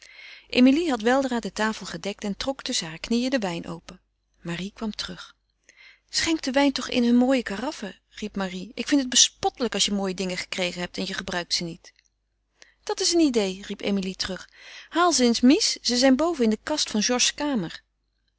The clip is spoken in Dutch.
emilie had weldra de tafel gedekt en trok tusschen hare knieën den wijn open marie kwam terug schenk den wijn toch in hunne mooie karaffen riep marie ik vind het bespottelijk als je mooie dingen gekregen hebt en je gebruikt ze niet dat is een idée riep emilie terug haal ze eens mies ze zijn boven in de kast van georges kamer